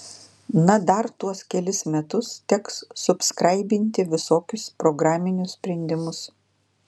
na dar tuos kelis metus teks subskraibinti visokius programinius sprendimus